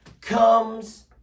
comes